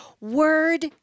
word